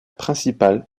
principale